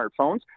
smartphones –